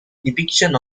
depiction